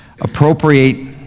Appropriate